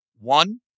One